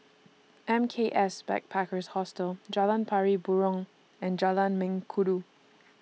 M K S Backpackers Hostel Jalan Pari Burong and Jalan Mengkudu